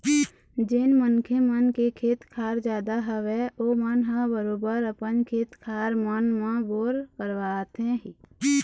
जेन मनखे मन के खेत खार जादा हवय ओमन ह बरोबर अपन खेत खार मन म बोर करवाथे ही